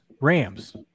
Rams